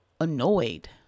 annoyed